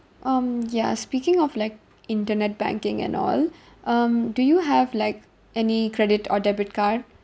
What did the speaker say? um ya speaking of like internet banking and all um do you have like any credit or debit card